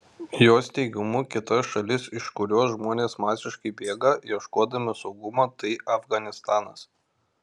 jos teigimu kita šalis iš kurios žmonės masiškai bėga ieškodami saugumo tai afganistanas